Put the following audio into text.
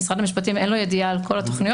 למשרד המשפטים אין ידיעה על כל התכניות,